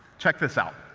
check this out.